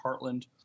Heartland